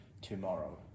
tomorrow